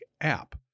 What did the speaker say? app